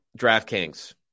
DraftKings